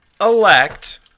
elect